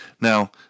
Now